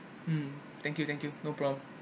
mm thank you thank you no problem